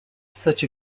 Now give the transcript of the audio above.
such